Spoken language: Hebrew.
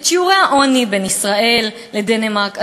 את שיעורי העוני בישראל ובדנמרק,